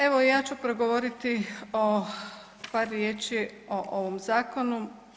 Evo ja ću progovoriti par riječi i ovom zakonu.